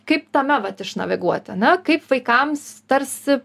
kaip tame vat išnaviguoti na kaip vaikams tarsi